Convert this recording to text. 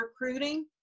recruiting